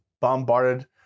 bombarded